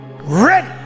ready